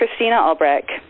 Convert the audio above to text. ChristinaAlbrecht